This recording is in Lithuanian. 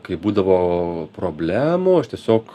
kai būdavo problemų aš tiesiog